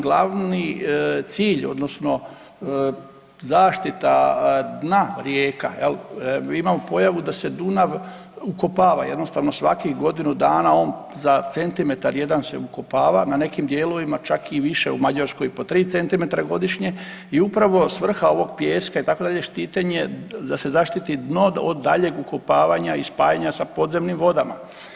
Glavni, glavni cilj odnosno zaštita dna rijeka imamo pojavu da se Dunav ukopava jednostavno svakih godinu dana on za centimetar jedan se ukopava, na nekim dijelovima čak i više u Mađarskoj po 3 cm godišnje i upravo svrha ovog pijeska itd., štitenje da se zaštiti dno od daljeg ukopavanja i spajanja sa podzemnim vodama.